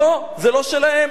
לא, זה לא שלהם.